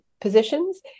positions